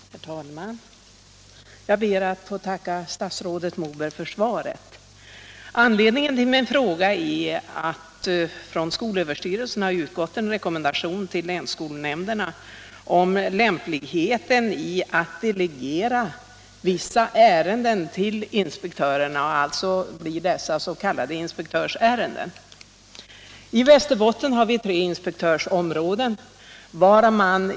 Herr talman! Jag ber att få tacka statsrådet Mogård för svaret. Anledningen till min fråga är att det från skolöverstyrelsen har utgått en rekommendation till länsskolnämnderna om lämpligheten i att delegera vissa ärenden till inspektörerna. De blir alltså s.k. inspektörsärenden. I Västerbotten har vi tre inspektörsområden.